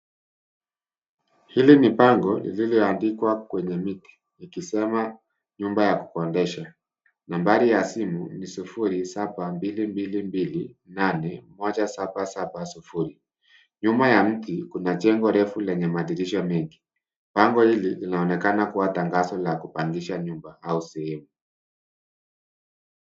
Hili ni bango, lililoandikwa kwenye miti, likisema nyumba ya kukodesha. Nambari ya simu ni sufuri saba mbili mbili mbili nane moja saba saba sufuri. Nyuma ya mti kuna jengo refu lenye madirisha mengi. Bango hili linaonekana kuwa tangazo la kupangisha nyumba au sehemu.